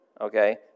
okay